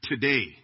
today